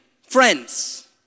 friends